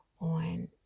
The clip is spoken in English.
on